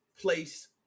place